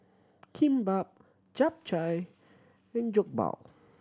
Kimbap Japchae and Jokbal